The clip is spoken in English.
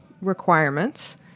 requirements